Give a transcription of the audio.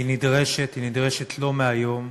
היא נדרשת, והיא נדרשת לא מהיום.